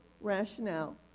rationale